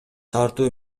тартуу